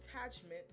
attachment